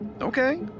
Okay